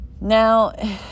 Now